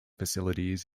facilities